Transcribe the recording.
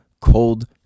cold